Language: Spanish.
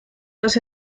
los